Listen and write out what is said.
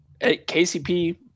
KCP